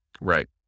Right